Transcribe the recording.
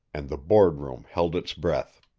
and the board-room held its breath.